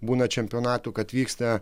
būna čempionatų kad vyksta